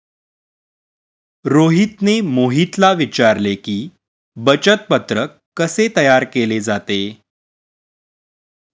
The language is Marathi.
रोहितने मोहितला विचारले की, बचत पत्रक कसे तयार केले जाते?